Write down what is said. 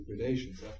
gradations